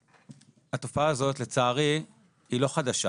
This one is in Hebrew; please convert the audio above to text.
התופעה הזאת, לצערי, היא לא חדשה,